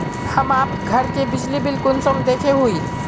हम आप घर के बिजली बिल कुंसम देखे हुई?